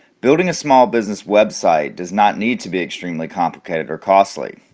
building a small business website does not need to be extremely complicated or costly.